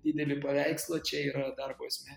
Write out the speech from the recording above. didelį paveikslą čia yra darbo esmė